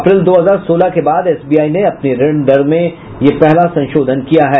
अप्रैल दो हजार सोलह के बाद एसबीआई ने अपनी ऋण दर में यह पहला संशोधन किया है